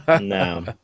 no